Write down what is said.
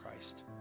Christ